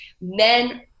men